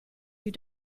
you